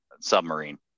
submarine